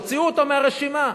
הוציאו אותם מהרשימה.